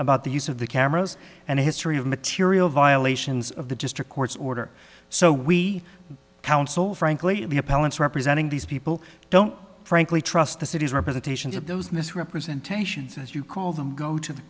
about the use of the cameras and history of material violations of the district court's order so we counsel frankly the appellant's representing these people don't frankly trust the city's representations of those misrepresentations as you call them go to the